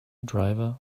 driver